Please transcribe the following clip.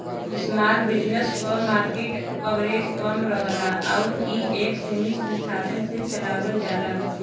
small business क market coverage कम रहला आउर इ एक सीमित संसाधन से चलावल जाला